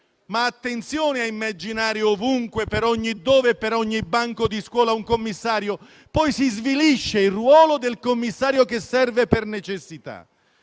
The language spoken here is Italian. ma attenzione a immaginare ovunque, per ogni dove e per ogni banco di scuola, un commissario: poi si svilisce il ruolo del commissario che serve per necessità.